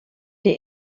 der